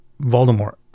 Voldemort